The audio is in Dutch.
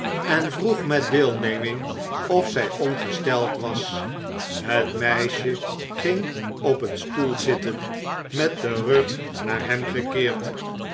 en vroeg met deelneming of zij ongesteld was het meisje ging op een stoel zitten met den rug naar hem gekeerd